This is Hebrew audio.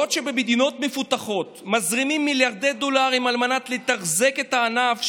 בעוד שבמדינות מפותחות מזרימים מיליארדי דולרים על מנת לתחזק את הענף,